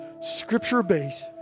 scripture-based